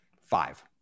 five